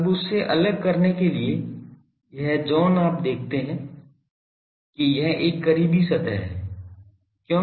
अब उससे अलग करने के लिए यह जोन आप देखते हैं कि यह एक करीबी सतह है क्यों